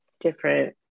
different